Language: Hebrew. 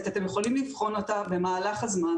אתם יכולים לבחון אותה במהלך הזמן.